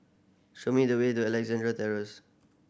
show me the way to Alexandra Terrace